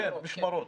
כן, משמרות.